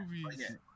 movies